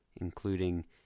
including